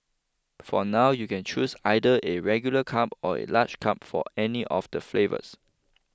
for now you can choose either a regular cup or a large cup for any of the flavours